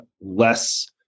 less